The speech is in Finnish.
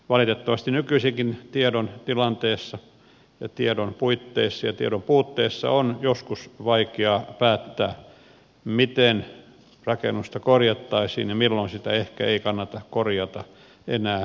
valitettavasti nykyisenkin tiedon tilanteessa ja tiedon puitteissa ja tiedon puutteessa on joskus vaikeaa päättää miten rakennusta korjattaisiin ja milloin sitä ehkä ei kannata korjata enää ollenkaan